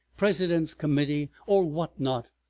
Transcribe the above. president's committee, or what not,